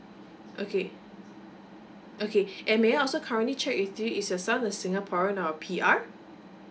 okay okay and may I also currently check with you is your son a singaporean or P_R